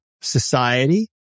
society